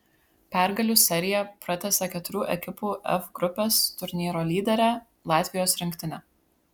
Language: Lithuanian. pergalių seriją pratęsė keturių ekipų f grupės turnyro lyderė latvijos rinktinė